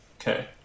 Okay